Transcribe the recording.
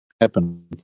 happen